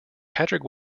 patrick